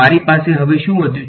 મારે પાસે હવે શું વધ્યુ છે